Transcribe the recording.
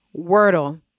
Wordle